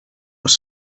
was